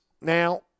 now